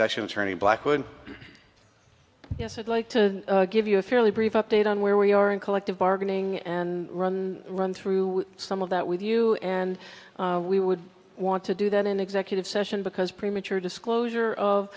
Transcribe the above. session attorney blackwood yes i'd like to give you a fairly brief update on where we are in collective bargaining and run through some of that with you and we would want to do that in executive session because premature disclosure of